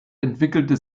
entwickelte